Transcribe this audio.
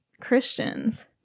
christians